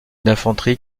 d’infanterie